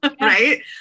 right